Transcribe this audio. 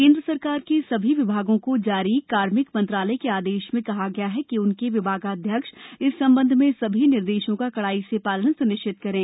केंद्र सरकार के सभी विभागों को जारी कार्मिक मंत्रालय के आदेश में कहा गया है कि उनके विभागाध्यक्ष इस संबंध में सभी निर्देशों का कड़ाई से पालन स्निश्चित करें